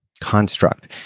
construct